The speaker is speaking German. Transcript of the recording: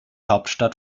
hauptstadt